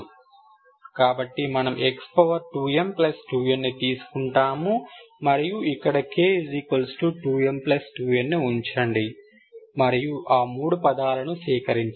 కాబట్టి మనము x2m2n ని తీసుకుంటాము మరియు ఇక్కడ k2m2n ఉంచండి మరియు ఆ మూడు పదాలను సేకరించండి